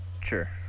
Sure